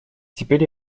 теперь